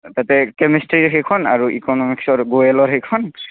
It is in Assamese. তাতে কেমেষ্ট্ৰীৰ সেইখন আৰু ইকনমিক্সৰ গোৱেলৰ সেইখন